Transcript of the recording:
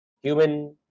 human